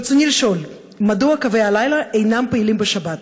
רצוני לשאול: 1. מדוע קווי הלילה אינם פעילים בשבת?